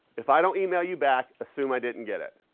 if i don't email you back, assume i didn't get it,